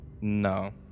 No